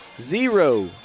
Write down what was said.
zero